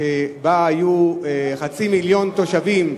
שבה היו חצי מיליון תושבים,